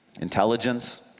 Intelligence